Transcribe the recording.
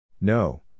No